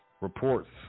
reports